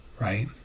right